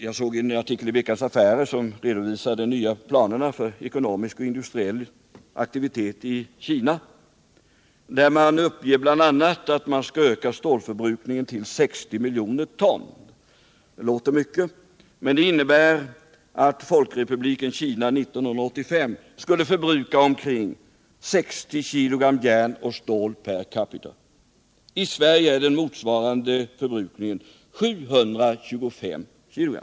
Jag såg en artikel i Veckans affärer som redovisade de nya planerna för ekonomisk och industriell aktivitet i Kina, där man uppger att man skall öka bl.a. stålförbrukningen med 60 miljoner ton. Det låter mycket, men det innebär att Folkrepubliken Kina år 1985 skulle förbruka omkring 60 kilogram järn och stål per capita. I Sverige är motsvarande förbrukning 725 kilogram.